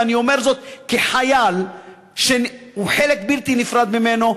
ואני אומר זאת כחייל שהוא חלק בלתי נפרד ממנו,